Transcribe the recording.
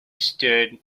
stood